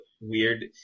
weird